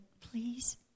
please